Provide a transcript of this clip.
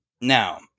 Now